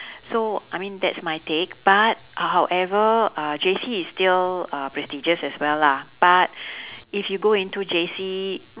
so I mean that's my take but however uh J_C is still uh prestigious as well lah but if you go into J_C